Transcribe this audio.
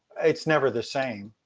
it's never the same.